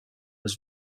was